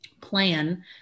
plan